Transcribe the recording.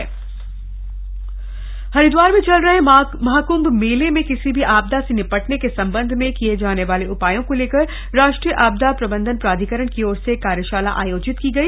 कार्यशाला हरिदवार हरिद्वार में चल रहे महाकृभ मेले में किसी भी आपदा से निपटने के संबंध में किए जाने वाले उपायों को लेकर राष्ट्रीय आपदा प्रबंधन प्राधिकरण की ओर से एक कार्यशाला आयोजित की गई